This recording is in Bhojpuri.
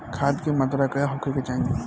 खाध के मात्रा का होखे के चाही?